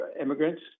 immigrants